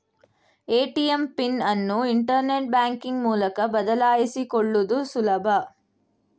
ATM PIN ಅನ್ನು internet banking ಮೂಲಕ ಬದಲಾಯಿಸಿಕೊಳ್ಳುದು ಸುಲಭ